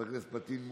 חבר הכנסת פטין מולא,